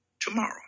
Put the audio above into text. tomorrow